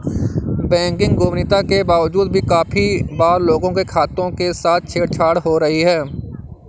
banking गोपनीयता के बावजूद भी काफी बार लोगों के खातों के साथ छेड़ छाड़ हो जाती है